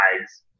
eyes